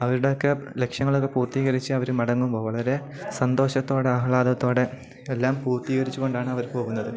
അവരുടെ ഒക്കെ ലക്ഷ്യങ്ങളൊക്കെ പൂർത്തീകരിച്ച് അവർ മടങ്ങുമ്പോൾ വളരെ സന്തോഷത്തോടെ ആഹ്ലാദത്തോടെ എല്ലാം പൂർത്തീകരിച്ചു കൊണ്ടാണ് അവർ പോകുന്നത്